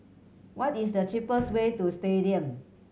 what is the cheapest way to Stadium